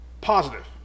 positive